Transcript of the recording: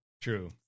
True